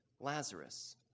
Lazarus